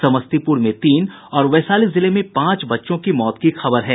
समस्तीपुर में तीन और वैशाली जिले में पांच बच्चों की मौत की खबर है